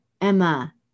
Emma